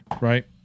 right